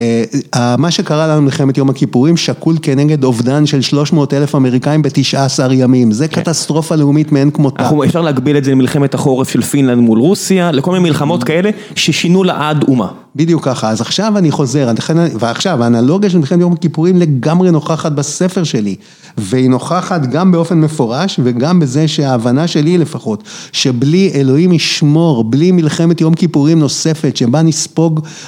מה שקרה לנו עם מלחמת יום הכיפורים, שקול כנגד אובדן של שלוש מאות אלף אמריקאים בתשע עשר ימים, זה קטסטרופה לאומית מאין כמותה. אפשר להקביל את זה למלחמת החורף של פינלנד מול רוסיה, לכל מיני מלחמות כאלה ששינו לעד אומה. בדיוק ככה, אז עכשיו אני חוזר, ועכשיו, האנלוגיה של מלחמת יום הכיפורים לגמרי נוכחת בספר שלי, והיא נוכחת גם באופן מפורש וגם בזה שההבנה שלי לפחות, שבלי אלוהים ישמור, בלי מלחמת יום כיפורים נוספת, שבה נספוג...